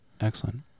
excellent